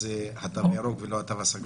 אז התו הירוק ולא התו הסגול.